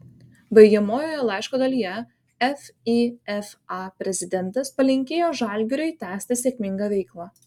baigiamojoje laiško dalyje fifa prezidentas palinkėjo žalgiriui tęsti sėkmingą veiklą